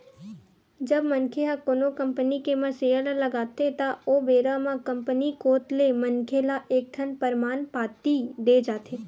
जब मनखे ह कोनो कंपनी के म सेयर ल लगाथे त ओ बेरा म कंपनी कोत ले मनखे ल एक ठन परमान पाती देय जाथे